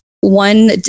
one